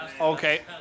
okay